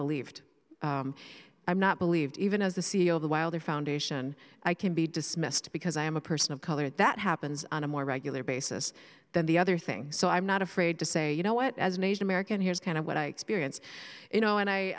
believed i'm not believed even as the c e o of the wilder foundation i can be dismissed because i am a person of color that happens on a more regular basis than the other thing so i'm not afraid to say you know what as an asian american here's kind of what i experience you know and i